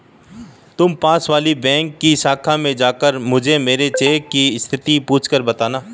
तुम पास वाली बैंक की शाखा में जाकर मुझे मेरी चेक की स्थिति पूछकर बताना